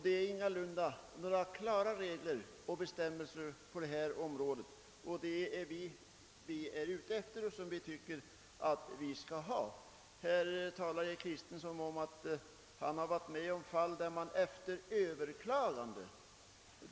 Det finns ingalunda några klara regler och bestämmelser på detta område. Det är det vi tycker att vi skall ha. Här talar herr Kristenson om att han har varit med om fall, där man efter överklagande fått rätt till avdrag.